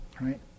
right